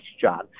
John